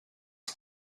ask